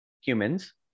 humans